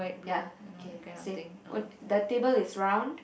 ya K same the table is round